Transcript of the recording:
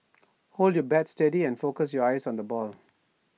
hold your bat steady and focus your eyes on the ball